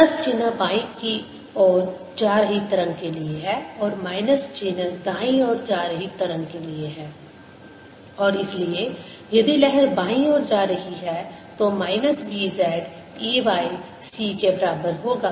plus चिन्ह बाईं ओर जा रही तरंग के लिए है और माइनस चिन्ह दाईं ओर जा रही तरंग के लिए है और इसलिए यदि लहर बाईं ओर जा रही है तो minus B z E y c के बराबर होगा